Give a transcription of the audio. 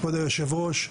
כבוד יושב הראש,